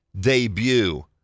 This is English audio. debut